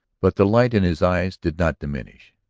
but the light in his eyes did not diminish.